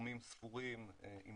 לגורמים ספורים עם